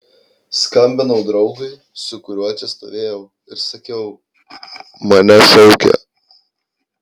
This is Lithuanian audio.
skambinau draugui su kuriuo čia stovėjau ir sakiau mane šaukia